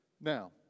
now